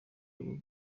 aba